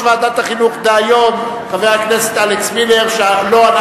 30 בעד, אין מתנגדים, אין